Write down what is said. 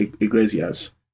Iglesias